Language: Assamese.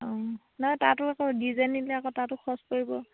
অঁ নাই তাতো আকৌ ডিজে নিলে আকৌ তাতো খৰচ পৰিব